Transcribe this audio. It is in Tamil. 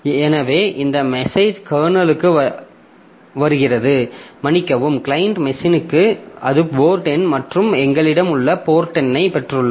எனவே அந்த மெசேஜ் கர்னலுக்கு வருகிறது மன்னிக்கவும் கிளையன்ட் மெஷினுக்கு அது போர்ட் எண் மற்றும் எங்களிடம் உள்ள போர்ட் எண்ணைப் பெற்றுள்ளது